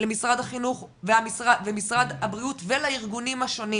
למשרד החינוך ומשרד הבריאות ולארגונים השונים